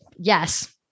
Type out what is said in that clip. yes